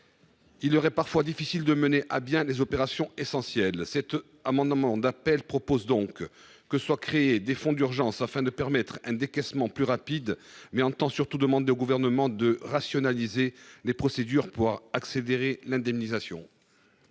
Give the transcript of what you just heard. Il leur est parfois difficile de mener à bien des opérations essentielles. Cet amendement d’appel vise donc à créer un fonds d’urgence afin de permettre un décaissement plus rapide des aides. Nous demandons surtout au Gouvernement de rationaliser les procédures pour accélérer l’indemnisation.